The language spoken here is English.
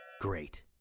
Great